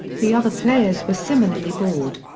the other players were similarly bored.